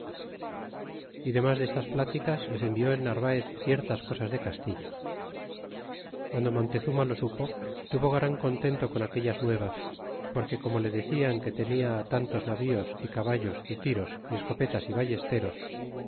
y demas de estas pláticas le envió el narvaez ciertas cosas de castilla y guando montezuma lo supo tuvo gran contento con aquellas nuevas porque como le decian que tenia tantos navíos ballos é tiros y escopetas y ballesteros